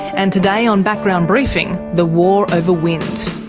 and today on background briefing the war over wind.